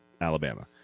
Alabama